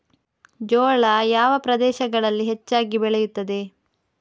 ಜೋಳ ಯಾವ ಪ್ರದೇಶಗಳಲ್ಲಿ ಹೆಚ್ಚಾಗಿ ಬೆಳೆಯುತ್ತದೆ?